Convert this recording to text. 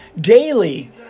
daily